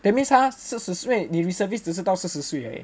that means ha 他四十岁因为你 reservist 只是到四十岁而已